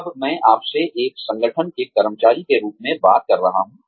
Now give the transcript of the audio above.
अब मैं आपसे एक संगठन के कर्मचारी के रूप में बात कर रहा हूं